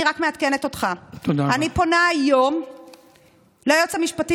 אני רק מעדכנת אותך: אני פונה להיום ליועץ המשפטי